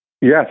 Yes